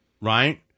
right